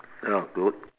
that was good